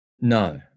No